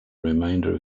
remainder